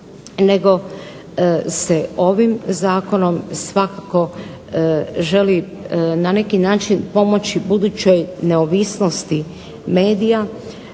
nego se ovim zakonom svakako želi na neki način pomoći budućoj neovisnosti medija,